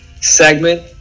segment